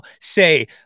say